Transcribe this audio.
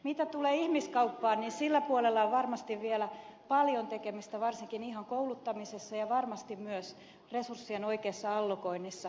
mitä tulee ihmiskauppaan niin sillä puolella on varmasti vielä paljon tekemistä varsinkin ihan kouluttamisessa ja varmasti myös resurssien oikeassa allokoinnissa